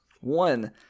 One